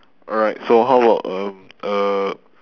alright so how about um uh